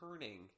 turning